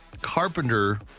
Carpenter